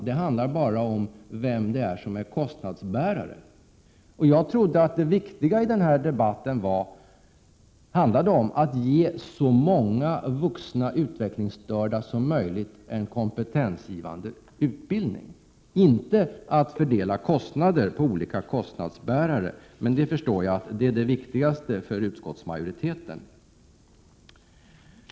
Det handlar baraom 25 maj 1988 vem som skall vara kostnadsbärare. Jag trodde att det viktiga i den här debatten var att ge så många vuxna utvecklingsstörda som möjligt en Komp SERnrilad, é md S Å vuxenutbildning för kompetensgivande utbildning, inte att fördela kostnader på olika kostnadsz 5: psykiskt utvecklings bärare. Men jag förstår att det är det viktigaste för utskottsmajoriteten.